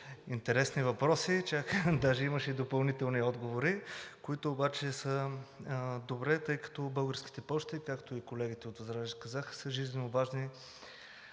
Интересни въпроси, чак даже имаше и допълнителни отговори, които обаче са добре, тъй като „Български пощи“ ЕАД, както и колегите от ВЪЗРАЖДАНЕ казаха, са жизненоважни